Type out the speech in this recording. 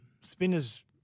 Spinners